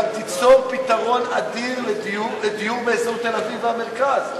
גם תיצור פתרון אדיר של דיור באזור תל-אביב והמרכז,